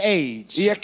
age